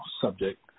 subject